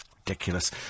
Ridiculous